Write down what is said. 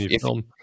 film